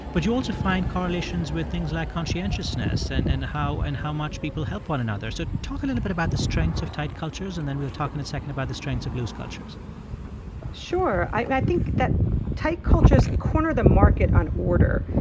but you also find correlations with things like conscientiousness and and and how much people help one another. so talk a little bit about the strengths of tight cultures. and then we'll talk in a second about the strengths of loose cultures sure. i think that tight cultures corner the market on order.